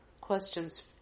questions